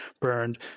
burned